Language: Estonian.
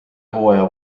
hooaja